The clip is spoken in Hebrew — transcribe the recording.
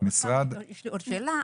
יש לי עוד שאלה.